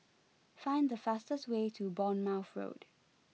find the fastest way to Bournemouth Road